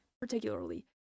particularly